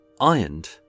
ironed